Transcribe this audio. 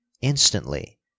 Instantly